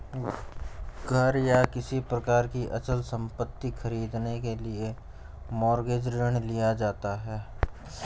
घर या किसी प्रकार की अचल संपत्ति खरीदने के लिए मॉरगेज ऋण लिया जाता है